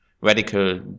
radical